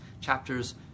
chapters